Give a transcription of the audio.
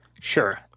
Sure